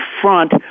front